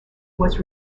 was